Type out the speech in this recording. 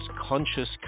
conscious